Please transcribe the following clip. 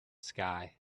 sky